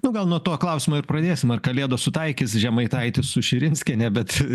nu gal nuo to klausimo ir pradėsim ar kalėdos sutaikys žemaitaitį su širinskiene bet